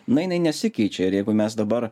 na jinai nesikeičia ir jeigu mes dabar